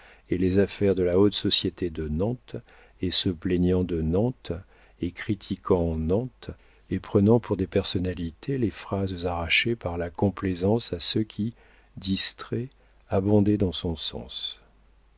et les affaires de la haute société de nantes et se plaignant de nantes et critiquant nantes et prenant pour des personnalités les phrases arrachées par la complaisance à ceux qui distraits abondaient dans son sens